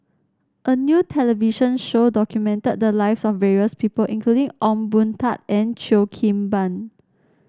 a new television show documented the lives of various people including Ong Boon Tat and Cheo Kim Ban